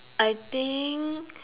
I think